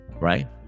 right